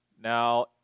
Now